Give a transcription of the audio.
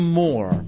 more